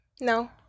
No